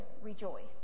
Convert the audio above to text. rejoice